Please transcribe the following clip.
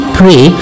pray